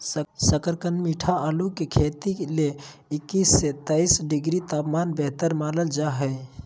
शकरकंद मीठा आलू के खेती ले इक्कीस से सत्ताईस डिग्री तापमान बेहतर मानल जा हय